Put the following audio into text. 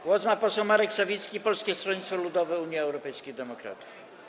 Głos ma poseł Marek Sawicki, Polskie Stronnictwo Ludowe - Unia Europejskich Demokratów.